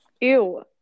Ew